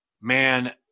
man